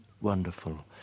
wonderful